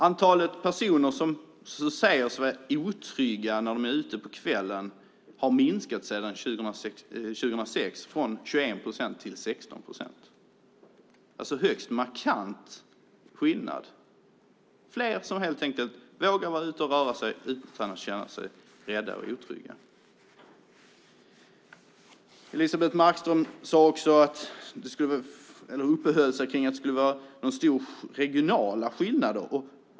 Antalet personer som säger sig vara otrygga när de är ute på kvällen har minskat sedan 2006 från 21 procent till 16 procent. Det är alltså en högst markant skillnad. Det är fler som helt enkelt vågar vara ute och röra sig utan att känna sig rädda och otrygga. Elisebeht Markström uppehöll sig också vid att det skulle vara stora regionala skillnader.